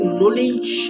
knowledge